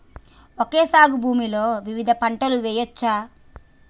Okay సాగు భూమిలో వివిధ పంటలు వెయ్యచ్చా?